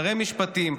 שרי משפטים,